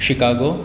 Chicago